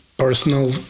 Personal